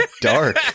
dark